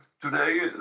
today